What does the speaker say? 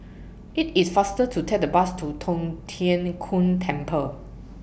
IT IS faster to Take The Bus to Tong Tien Kung Temple